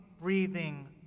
breathing